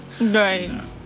Right